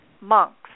monks